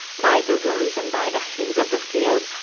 by the roes, and by the hinds of the field,